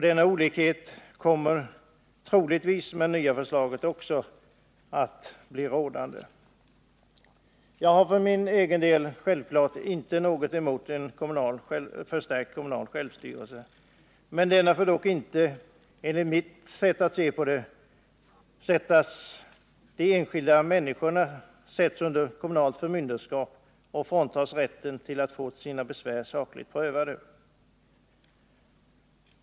Dessa olikheter kommer troligtvis att råda även med det nya förslaget. Jag har för min del självfallet inget emot en förstärkt kommunal självstyrelse. Men denna får dock inte, enligt mitt sätt att se, ske så att enskilda människor sätts under kommunalt förmynderskap och fråntas rätten till att få sina besvär sakligt prövade.